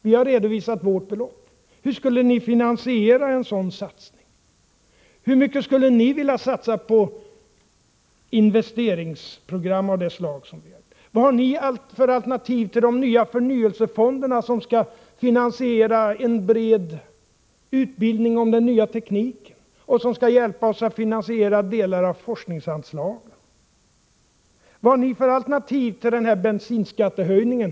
Vi har redovisat vårt belopp. Hur skulle ni finansiera en sådan satsning? Hur mycket skulle ni vilja satsa på investeringsprogram av det slag vi presenterat? Vad har ni för alternativ till förnyelsefonderna, som skall finansiera en bred utbildning rörande den nya tekniken och som skall hjälpa oss att finansiera delar av forskningsanslagen? Vad har ni för alternativ till den föreslagna bensinskattehöjningen?